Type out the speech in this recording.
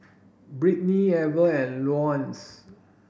Brittnie Ever and Leonce